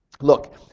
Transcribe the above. look